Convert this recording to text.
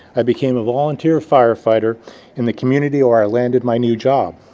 i became a volunteer firefighter in the community where i landed my new job.